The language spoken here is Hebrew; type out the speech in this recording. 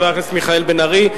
חבר הכנסת מיכאל בן-ארי,